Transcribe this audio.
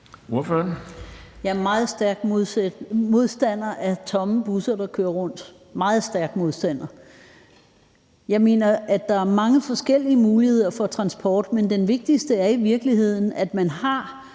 (EL): Jeg er meget stærk modstander af tomme busser, der kører rundt – meget stærk modstander. Jeg mener, at der er mange forskellige muligheder for transport, men det vigtigste er i virkeligheden, at man har